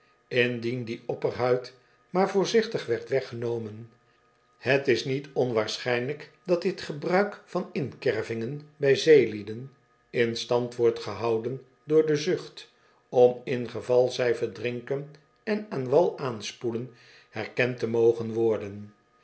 indien die opperhuid maar voorzichtig werd weggenomen het is niet onwaarschijnlijk dat dit gebruik van inkervingen bij zeelieden in stand wordt gehouden door de zucht om ingeval zij verdrinken en aan wal aanspoelen herkend te mogen worden